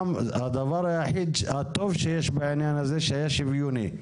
הדבר הטוב היחיד שיש בעניין הזה הוא שהוא היה שוויוני.